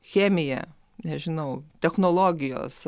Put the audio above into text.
chemija nežinau technologijos